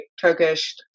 turkish